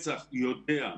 מצ"ח יודע,